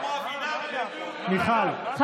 מיכל, בבקשה.